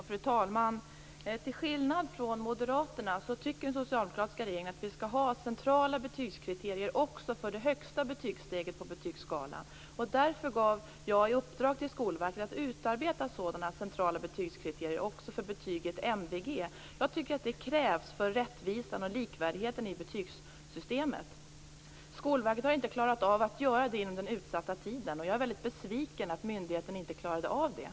Fru talman! Till skillnad från moderaterna tycker den socialdemokratiska regeringen att vi skall ha centrala betygskriterier också för det högsta betygssteget på betygsskalan. Därför gav jag Skolverket i uppdrag att utarbeta sådana centrala betygskriterier också för betyget MVG. Jag tycker att det krävs för rättvisan och likvärdigheten i betygssystemet. Skolverket har inte klarat av att göra det inom den utsatta tiden, och jag är väldigt besviken över att myndigheten inte klarade av det.